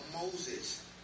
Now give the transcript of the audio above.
Moses